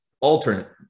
alternate